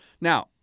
Now